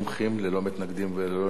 ללא מתנגדים וללא נמנעים,